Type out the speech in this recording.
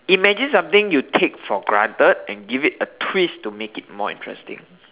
imagine something you take for granted and give it a twist to make it more interesting